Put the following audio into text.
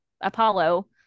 Apollo